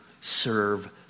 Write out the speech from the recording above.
serve